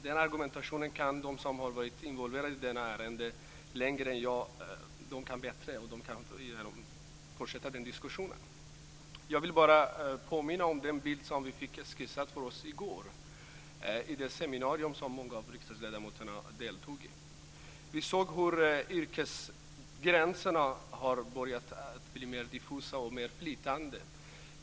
Den argumentationen kan de som har varit involverade i detta ärende längre än jag bättre, och de kan fortsätta den diskussionen. Jag vill bara påminna om den bild som vi fick skissad för oss i går vid det seminarium som många av riksdagsledamöterna deltog i. Vi såg hur yrkesgränserna har börjat bli mer diffusa och flytande.